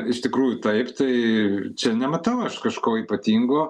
iš tikrųjų taip tai čia nematau aš kažko ypatingo